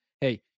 hey